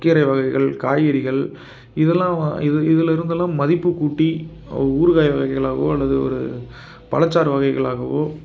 கீரை வகைகள் காய்கறிகள் இதெல்லாம் இது இதுலேருந்துலாம் மதிப்புக்கூட்டி ஊறுகாய் வகைகளாகவோ அல்லது ஒரு பழச்சாறு வகைகளாகவோ